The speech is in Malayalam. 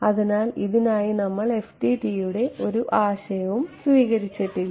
അതിനാൽ ഇതിനായി നമ്മൾ FDTD യുടെ ഒരു ആശ്രയവും സ്വീകരിച്ചിട്ടില്ല